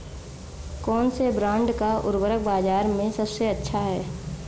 कौनसे ब्रांड का उर्वरक बाज़ार में सबसे अच्छा हैं?